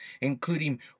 including